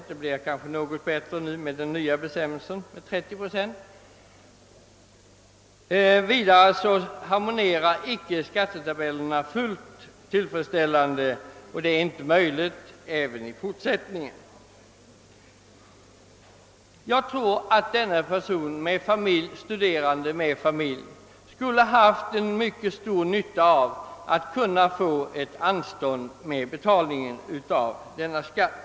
Därvidlag blir det kanske en förbättring genom bestämmelsen att skatteavdrag skall göras med 30 procent i fortsättningen. Vidare blir avdraget enligt skattetabellerna inte alltid fullt tillfredsställande, och så kommer det nog att vara även framdeles. Jag tror att denna person — en studerande med familj — skulle ha mycket stor nytta av möjligheten att få ett anstånd med betalningen av sin skatt.